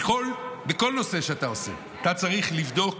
בכל נושא שאתה עושה, אתה צריך לבדוק